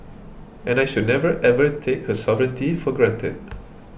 and I should never ever take her sovereignty for granted